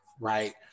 right